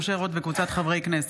משה רוט וקבוצת חברי הכנסת.